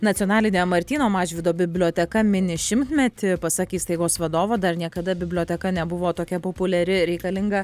nacionalinė martyno mažvydo biblioteka mini šimtmetį pasak įstaigos vadovo dar niekada biblioteka nebuvo tokia populiari reikalinga